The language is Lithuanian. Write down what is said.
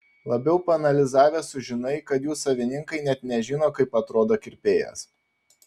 labiau paanalizavęs sužinai kad jų savininkai net nežino kaip atrodo kirpėjas